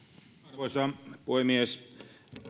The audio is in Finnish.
arvoisa puhemies